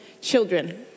children